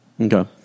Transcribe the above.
Okay